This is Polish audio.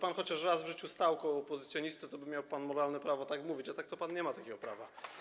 Gdyby chociaż raz w życiu stał pan koło opozycjonisty, toby miał pan moralne prawo tak mówić, a tak, to pan nie ma takiego prawa.